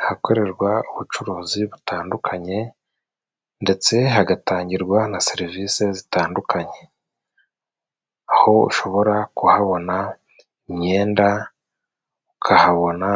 Ahakorerwa ubucuruzi butandukanye, ndetse hagatangirwa na serivisi zitandukanye, aho ushobora kuhabona imyenda, ukahabona